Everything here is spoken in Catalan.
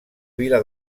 vila